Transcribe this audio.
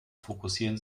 fokussieren